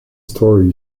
story